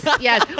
Yes